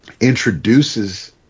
introduces